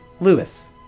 Lewis